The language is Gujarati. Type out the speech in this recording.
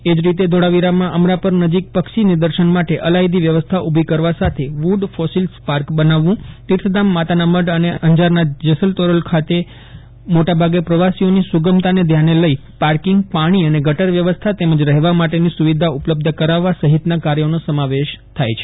એજ રીતે ધોળાવીરામાં અમરાપર નજીક પક્ષી નિદર્શન માટે અલાયદી વ્યવસ્થા ઊલી કરવા સાથે વૂ ડ ફોસિલ્સ પાર્કબનાવવું તીર્થધામ માતાનામઢ અને અંજારના જેસલ તોરલ ખાતે મોટાભાગે પ્રવાસીઓની સુગમતાને ધ્યાને લઈ પાર્કિંગ પાણી અને ગટર વ્યવસ્થા તેમજ રહેવા માટેની સુવિધા ઉપલબબ્ધ કરાવવા સહિતનાં કાર્યોનો સમાવેશ થાય છે